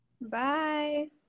Bye